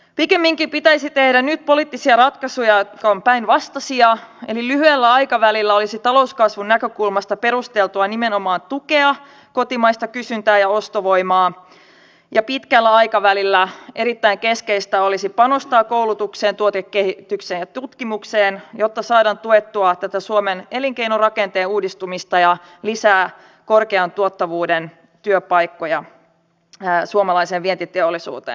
pikemminkin pitäisi tehdä nyt poliittisia ratkaisuja jotka ovat päinvastaisia eli lyhyellä aikavälillä olisi talouskasvun näkökulmasta perusteltua nimenomaan tukea kotimaista kysyntää ja ostovoimaa ja pitkällä aikavälillä erittäin keskeistä olisi panostaa koulutukseen tuotekehitykseen ja tutkimukseen jotta saadaan tuettua tätä suomen elinkeinorakenteen uudistumista ja lisää korkean tuottavuuden työpaikkoja suomalaiseen vientiteollisuuteen